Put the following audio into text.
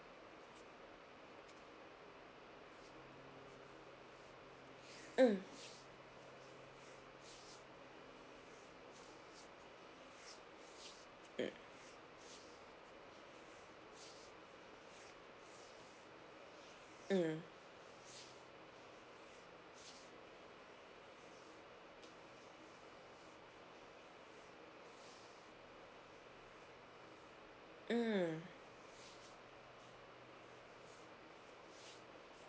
mm mm mm mm